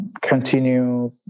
continue